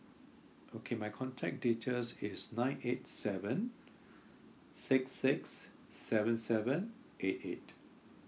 okay my contact details is nine eight seven six six seven seven eight eight